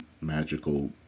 magical